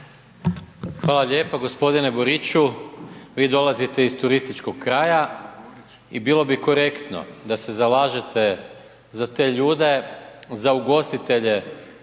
Hvala lijepa, gospodine Boriću vi dolazite iz turističkog kraja i bilo bi korektno da se zalažete za te ljude, za ugostitelje